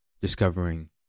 discovering